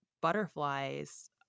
butterflies